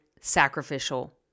sacrificial